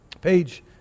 page